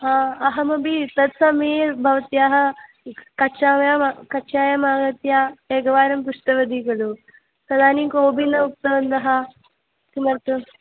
हा अहमपि तत्समये भवत्याः कक्षायां कक्षायाम् आगत्य एकवारं पृष्टवती खलु तदानीं कोपि न उक्तवन्तः किमर्थम्